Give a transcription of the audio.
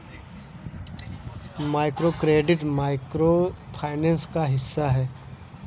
microcredit micro finance का हिस्सा है